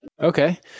Okay